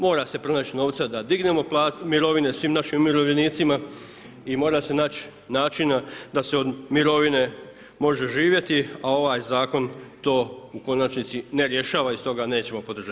Mora se pronaći novca da dignemo mirovine svim našim umirovljenicima i mora se naći načina da se od mirovine može živjeti, a ovaj zakon to u konačnici ne rješava i stoga nećemo podržati.